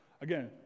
Again